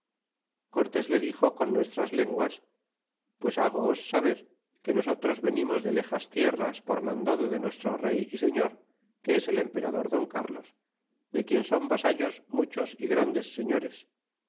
cortés le dixo con nuestras lenguas pues hagoos saber que nosotros venimos de lejas tierras por mandado de nuestro rey y señor que es el emperador don caries de quien son vasallos muchos y grandes señores